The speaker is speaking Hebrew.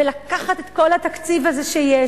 ולקחת את כל התקציב הזה שיש,